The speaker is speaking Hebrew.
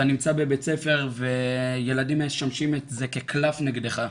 אתה נמצא בבית הספר וילדים משתמשים בזה כקלף נגדך.